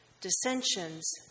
dissensions